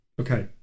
Okay